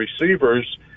receivers